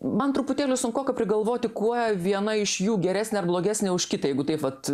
man truputėlį sunkoka prigalvoti kuo viena iš jų geresnė ar blogesnė už kitą jeigu taip vat